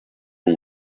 iyi